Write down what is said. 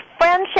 friendship